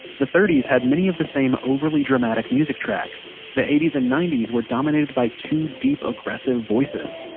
the thirty s had many of the same overly dramatic music tracks. the eighty s and ninety s were dominated by two deep aggressive voices.